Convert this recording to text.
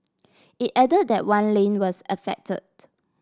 it add that one lane was affected